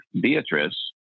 Beatrice